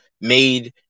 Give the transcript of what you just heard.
made